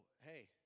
hey